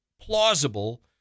plausible